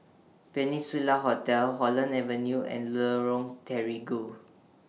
Peninsula Hotel Holland Avenue and Lorong Terigu